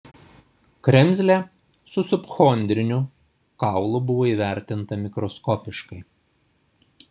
kremzlė su subchondriniu kaulu buvo įvertinta mikroskopiškai